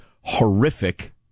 horrific